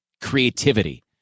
creativity